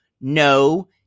No